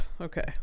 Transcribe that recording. Okay